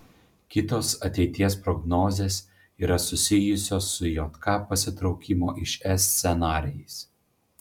kitos ateities prognozės yra susijusios su jk pasitraukimo iš es scenarijais